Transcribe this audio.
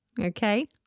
okay